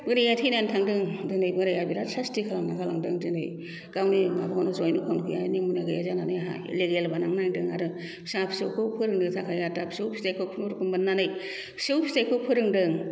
बोराया थैनानै थांदों दिनै बोराया बिराद सासथि खालामनानै गालांदों दिनै गावनि माबाखौ जइन इकाउन्ट नमिनि गैया जानानै इलेगेल बानायनांदों आरो फिसा फिसौखौ फोरोंनो थाखाय आरो दा फिसौ फिसाइखौ खुनुरुखुम बानायनानै फिसौ फिसाइखौ फोरोंदों